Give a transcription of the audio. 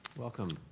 welcome.